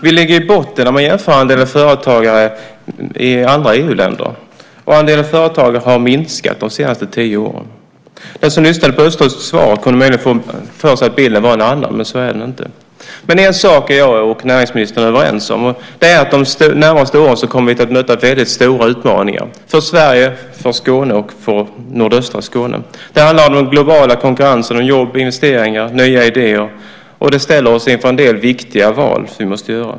Vi ligger i botten när man jämför andelen företagare i andra EU-länder. Andelen företagare har minskat de senaste tio åren. Den som lyssnade på Östros svar kunde möjligen få för sig att bilden var en annan, men så är det inte. Men en sak är jag och näringsministern överens om. Det är att vi de närmaste åren kommer att möta väldigt stora utmaningar, för Sverige, för Skåne och för nordöstra Skåne. Det handlar om den globala konkurrensen om jobb, investeringar och nya idéer. Det ställer oss inför en del viktiga val som vi måste göra.